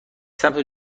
سمت